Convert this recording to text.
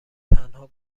تنها